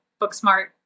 Booksmart